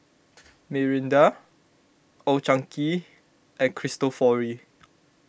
Mirinda Old Chang Kee and Cristofori